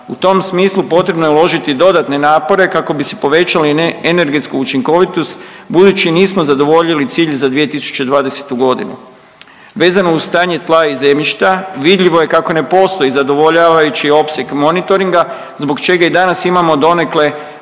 U tom smislu potrebno je uložiti dodatne napore kako bi si povećali ne energetsku učinkovitost budući nismo zadovoljili cilj za 2020. Vezano uz stanje tla i zemljišta vidljivo je kako ne postoji zadovoljavajući opseg monitoringa zbog čega i danas imamo donekle